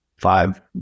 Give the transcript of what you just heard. five